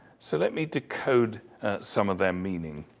so, let me decode some of their meaning.